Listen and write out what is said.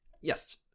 Yes